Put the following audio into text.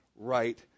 right